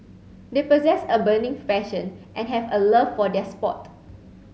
they possess a burning passion and have a love for their sport